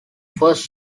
first